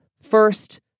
first